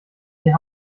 die